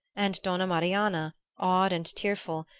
and donna marianna, awed and tearful,